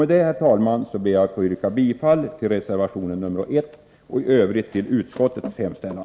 Med det anförda ber jag att få yrka bifall till reservation 1 och i övrigt till utskottets hemställan.